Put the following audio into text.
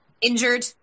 Injured